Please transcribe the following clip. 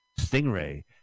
Stingray